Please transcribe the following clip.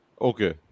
Okay